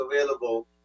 available